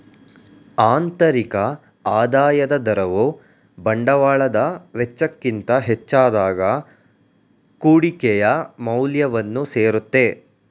ಆಂತರಿಕ ಆದಾಯದ ದರವು ಬಂಡವಾಳದ ವೆಚ್ಚಕ್ಕಿಂತ ಹೆಚ್ಚಾದಾಗ ಕುಡಿಕೆಯ ಮೌಲ್ಯವನ್ನು ಸೇರುತ್ತೆ